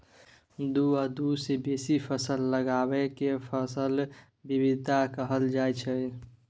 दु आ दु सँ बेसी फसल लगाएब केँ फसल बिबिधता कहल जाइ छै